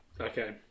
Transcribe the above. Okay